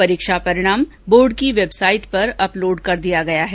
परीक्षा परिणाम बोर्ड की वेबसाइट पर अपलोड कर दिया गया है